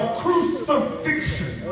crucifixion